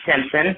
Simpson